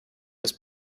das